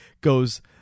goes